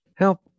help